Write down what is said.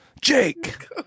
Jake